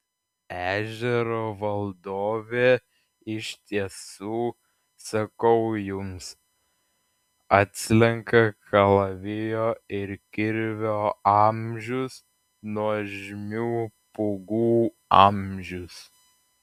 ežero valdovė iš tiesų sakau jums atslenka kalavijo ir kirvio amžius nuožmių pūgų amžius